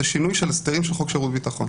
זה שינוי של הסדרים של חוק שירות ביטחון.